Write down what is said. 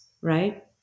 Right